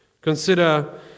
Consider